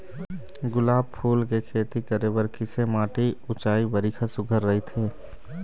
गुलाब फूल के खेती करे बर किसे माटी ऊंचाई बारिखा सुघ्घर राइथे?